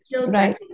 right